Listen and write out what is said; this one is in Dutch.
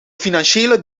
financiële